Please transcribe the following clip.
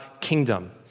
kingdom